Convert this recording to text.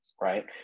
right